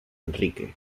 enrique